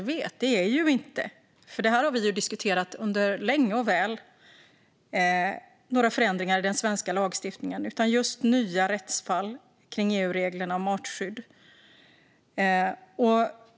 Bakgrunden till detta är, som Maria Gardfjell vet, inte några förändringar i den svenska lagstiftningen utan just nya rättsfall kring EU-reglerna om artskydd.